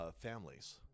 families